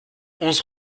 onze